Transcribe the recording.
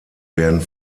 werden